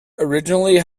originally